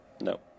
No